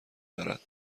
دارد